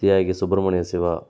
Tyagi Subramaniya Siva